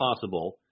possible